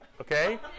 okay